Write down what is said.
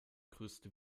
größte